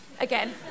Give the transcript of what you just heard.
again